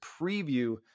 preview